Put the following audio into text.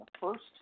first